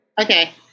Okay